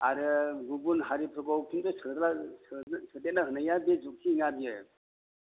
आरो गुबुन हारिफोरखौ खिन्थु सोद्ला सोदे सोदेरना होनाया बे जुक्ति नङा बियो